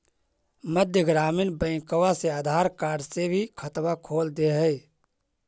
मध्य ग्रामीण बैंकवा मे आधार कार्ड से भी खतवा खोल दे है?